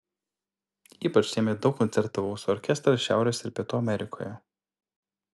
ypač šiemet daug koncertavau su orkestrais šiaurės ir pietų amerikoje